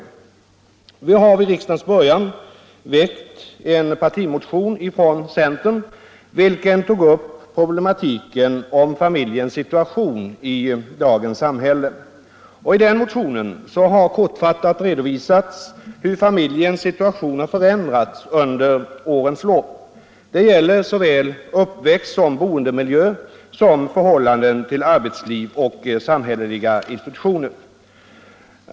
Centern har vid riksdagens början väckt en partimotion, vilken tog upp problematiken om familjens situation i dagens samhälle. I den mo tionen har kortfattat redovisats hur familjens situation förändrats under årens lopp. Det gäller såväl uppväxt och boendemiljö som förhållandet till arbetsliv och samhälleliga institutioner.